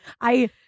I-